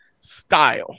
style